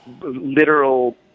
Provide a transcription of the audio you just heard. literal